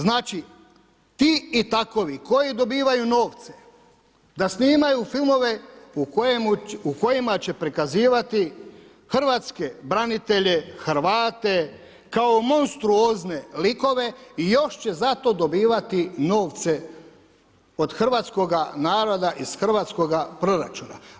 Znači i takovi koji dobivaju novce da snimaju filmove u kojima će prikazivati hrvatske branitelje, Hrvate kao monstruozne likove i još će za to dobivati novce od hrvatskoga naroda iz hrvatskoga proračuna.